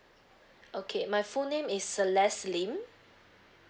okay my full name is celest lim